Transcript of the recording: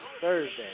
Thursday